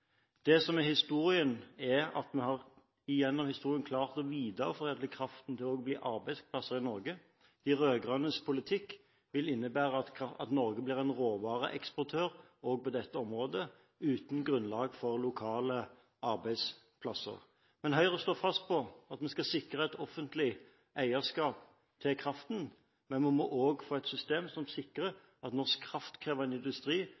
Det som er historien, er at vi gjennom historien har klart å videreforedle kraften til også å bli arbeidsplasser i Norge. De rød-grønnes politikk vil innebære at Norge blir en råvareeksportør også på dette området, uten grunnlag for lokale arbeidsplasser. Men Høyre står fast på at vi skal sikre et offentlig eierskap til kraften, men vi må også få et system som sikrer at norsk kraftkrevende industri,